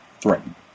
threaten